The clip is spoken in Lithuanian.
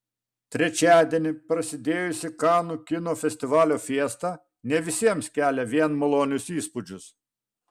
trečiadienį prasidėjusi kanų kino festivalio fiesta ne visiems kelia vien malonius įspūdžius